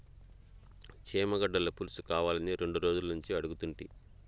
చేమగడ్డల పులుసుకావాలని రెండు రోజులనుంచి అడుగుతుంటి